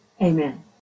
amen